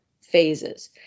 phases